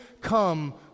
come